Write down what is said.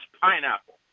pineapple